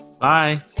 bye